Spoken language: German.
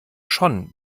schon